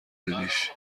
بدیش